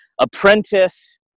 apprentice